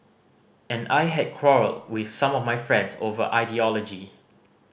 and I had quarrelled with some of my friends over ideology